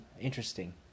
Interesting